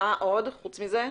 מה עוד חוץ מזה?